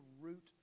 root